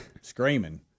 Screaming